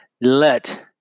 Let